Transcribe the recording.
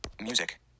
Music